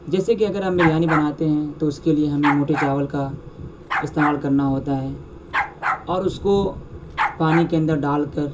جیسے کہ اگر ہم بریانی بناتے ہیں تو اس کے لیے ہمیں موٹے چاول کا استعمال کرنا ہوتا ہے اور اس کو پانی کے اندر ڈال کر